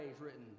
written